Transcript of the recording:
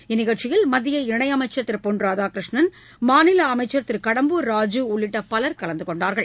இந்நிகழ்ச்சியில் மத்திய இணையமைச்சர் திரு பொன் ராதாகிருஷ்ணன் மாநில அமைச்சர் திரு கடம்பூர் ராஜு உள்ளிட்ட பலர் கலந்துகொண்டனர்